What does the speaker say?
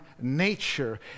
nature